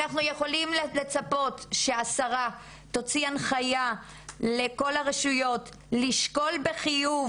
אנחנו יכולים לצפות שהשרה תוציא הנחיה לכל הרשויות לשקול בחיוב